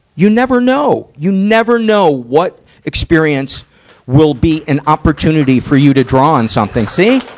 you never know. you never know what experience will be an opportunity for you to draw on something. see?